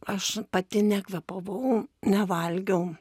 aš pati nekvėpavau nevalgiau